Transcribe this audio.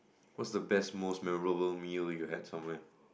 what's the best most memorable meal you had somewhere